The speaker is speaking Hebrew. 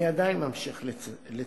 אני עדיין ממשיך לצטט: